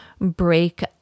break